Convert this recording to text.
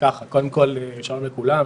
קודם כל שלום לכולם,